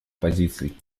позиций